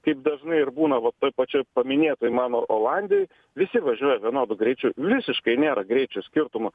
kaip dažnai ir būna va toj pačioj paminėtoj mano olandijoj visi važiuoja vienodu greičiu visiškai nėra greičio skirtumo